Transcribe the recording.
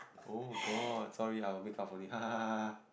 oh-god sorry I will make up for it ha ha ha ha ha